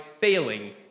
failing